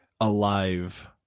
alive